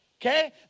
Okay